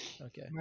Okay